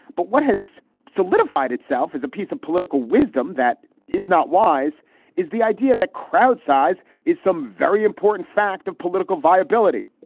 but what has solidified itself is a piece of political wisdom that is not wise is the idea that crowd size is some very important fact of political viability.